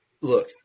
look